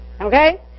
Okay